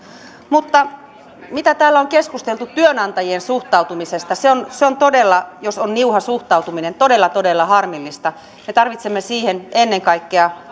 mutta mitä täällä on keskusteltu työnantajien suhtautumisesta niin se jos on niuha suhtautuminen on todella todella harmillista me tarvitsemme siihen ennen kaikkea